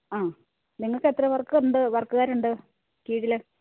ആ നിങ്ങൾക്ക് എത്ര വര്ക്കൊണ്ട് വര്ക്ക്കാരൊണ്ട് കീഴിൽ